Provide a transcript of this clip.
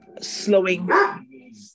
slowing